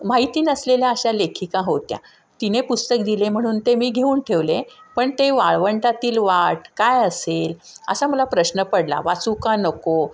माहिती नसलेल्या अशा लेखिका होत्या तिने पुस्तक दिले म्हणून ते मी घेवून ठेवले पण ते वाळवंटातील वाट काय असेल असा मला प्रश्न पडला वाचू का नको